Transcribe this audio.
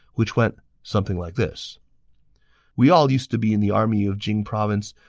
which went something like this we all used to be in the army of jing province.